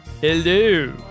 hello